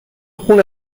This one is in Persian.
خون